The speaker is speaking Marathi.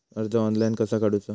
कर्ज ऑनलाइन कसा काडूचा?